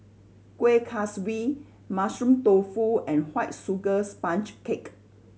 Kueh Kaswi Mushroom Tofu and White Sugar Sponge Cake